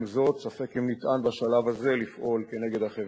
מהבירורים שהעלה עד כאן,